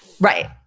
right